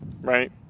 right